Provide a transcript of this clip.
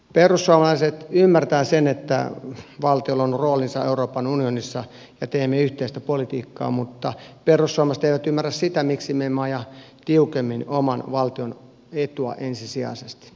perussuomalaiset ymmärtää sen että valtiolla on roolinsa euroopan unionissa ja teemme yhteistä politiikkaa mutta perussuomalaiset eivät ymmärrä sitä miksi me emme aja tiukemmin oman valtion etua ensisijaisesti